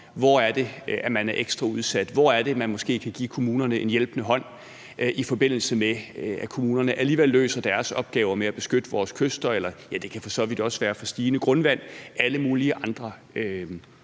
hvor det er, man er ekstra udsat, og hvor man måske kan give kommunerne en hjælpende hånd, i forbindelse med at kommunerne alligevel løser deres opgaver med at beskytte vores kyster, eller det kan for så vidt også være med hensyn til stigende grundvand og alle mulige andre